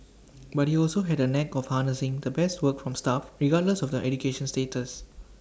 but he also had A knack for harnessing the best work from staff regardless of their education status